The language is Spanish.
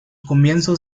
comienzos